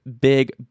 big